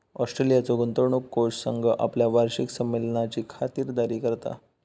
ऑस्ट्रेलियाचो गुंतवणूक कोष संघ आपल्या वार्षिक संमेलनाची खातिरदारी करता